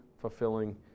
fulfilling